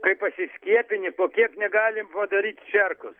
kai pasiskiepini po kiek negalim padaryt čerkos